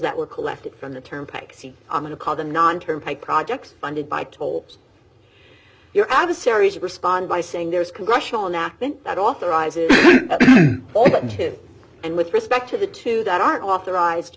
that were collected from the turnpike see i'm going to call the non turnpike projects funded by tolls your adversaries respond by saying there's congressional enactment that authorizes all budget and with respect to the two that aren't authorized